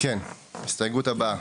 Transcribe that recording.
ההסתייגות הבאה.